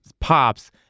pops